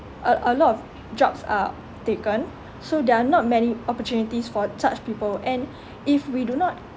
a a lot of jobs are taken so there are not many opportunities for such people and if we do not